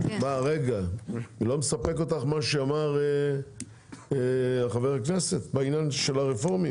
לא מספק אותך מה שאמר חבר הכנסת בעניין של הרפורמים?